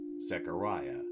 Zechariah